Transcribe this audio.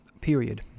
period